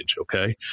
okay